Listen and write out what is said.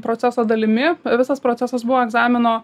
proceso dalimi visas procesas buvo egzamino